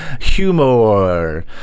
Humor